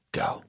go